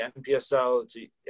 NPSL